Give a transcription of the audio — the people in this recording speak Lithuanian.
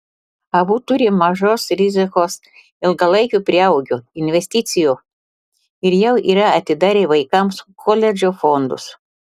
abu turi mažos rizikos ilgalaikio prieaugio investicijų ir jau yra atidarę vaikams koledžo fondus